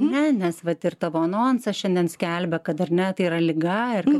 ne nes vat ir tavo anonsas šiandien skelbia kad dar ne tai yra liga ir